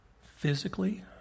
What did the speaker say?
physically